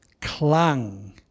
clung